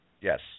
Yes